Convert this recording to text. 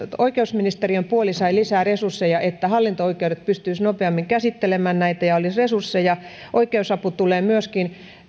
oikeusministeriön puoli sai lisää resursseja jotta hallinto oikeudet pystyisivät nopeammin käsittelemään näitä ja olisi resursseja oikeusapu tulee myöskin